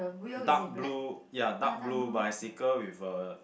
dark blue ya dark blue bicycle with a